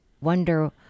wonder